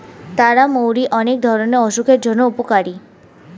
তারা মৌরি অনেক ধরণের অসুখের জন্য উপকারী